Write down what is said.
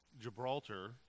Gibraltar